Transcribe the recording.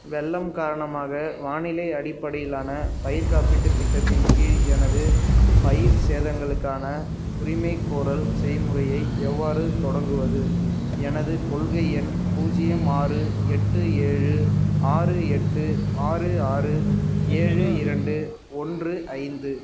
வெள்ளம் காரணமாக வானிலை அடிப்படையிலான பயிர்க் காப்பீட்டுத் திட்டத்தின் கீழ் எனது பயிர்ச் சேதங்களுக்கான உரிமைகோரல் செய்முறையை எவ்வாறு தொடங்குவது எனது கொள்கை எண் பூஜ்ஜியம் ஆறு எட்டு ஏழு ஆறு எட்டு ஆறு ஆறு ஏழு இரண்டு ஒன்று ஐந்து